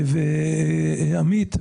עמית,